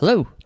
Hello